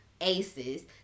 aces